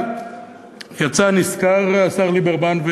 אבל יצא נשכר השר ליברמן,